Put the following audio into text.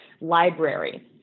library